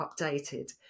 updated